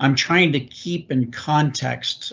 i'm trying to keep in context